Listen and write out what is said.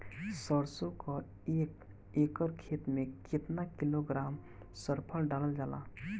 सरसों क एक एकड़ खेते में केतना किलोग्राम सल्फर डालल जाला?